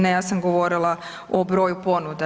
Ne, ja sam govorila o broju ponuda.